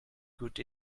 good